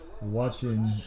watching